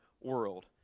world